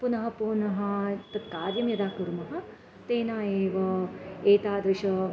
पुनः पुनः तत् कार्यं यदा कुर्मः तेन एव एतादृशः